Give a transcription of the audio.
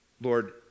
Lord